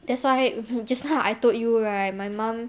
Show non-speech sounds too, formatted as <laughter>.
that's why <laughs> just now I told you right my mum